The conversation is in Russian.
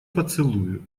поцелую